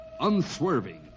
unswerving